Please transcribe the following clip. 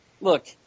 look